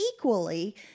equally